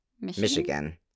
Michigan